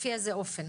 לפי איזה אופן?